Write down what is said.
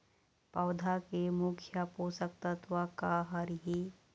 पौधा के मुख्य पोषकतत्व का हर हे?